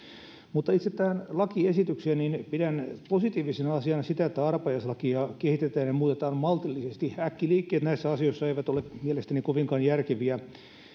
mutta itse tähän lakiesitykseen pidän positiivisena asiana sitä että arpajaislakia kehitetään ja muutetaan maltillisesti äkkiliikkeet näissä asioissa eivät ole mielestäni kovinkaan järkeviä